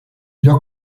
allò